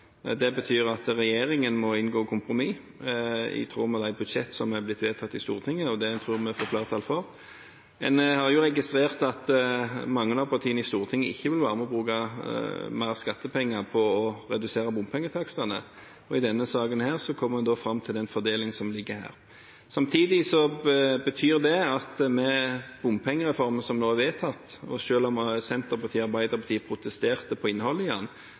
Det betyr at regjeringen må inngå kompromiss i tråd med de budsjettene som er blitt vedtatt i Stortinget, og det vi tror vi får flertall for. En har jo registrert at mange av partiene i Stortinget ikke vil være med og bruke mer skattepenger på å redusere bompengetakstene, og i denne saken kom en da fram til den fordelingen som ligger her. Samtidig betyr det at bompengereformen som nå er vedtatt, selv om Senterpartiet og Arbeiderpartiet protesterte på innholdet